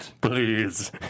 Please